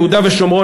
יהודה ושומרון,